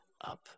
up